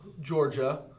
Georgia